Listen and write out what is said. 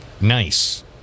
nice